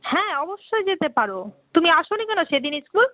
হ্যাঁ অবশ্যই যেতে পারো তুমি আস নি কেন সে দিন ইস্কুল